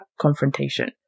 confrontation